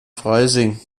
freising